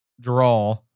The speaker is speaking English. draw